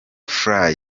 fly